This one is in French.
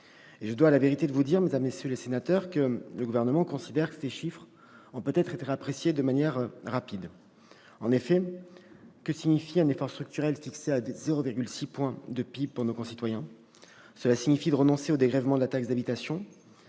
Je dois à la vérité de vous dire, mesdames, messieurs les sénateurs, que le Gouvernement considère que ces chiffres ont peut-être été appréciés de manière rapide. En effet, que signifie un effort structurel fixé à 0,6 point de PIB pour nos concitoyens ? Cela signifie renoncer au dégrèvement de la taxe d'habitation ;